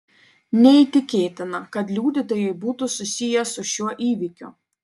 neįtikėtina kad liudytojai būtų susiję su šiuo įvykiu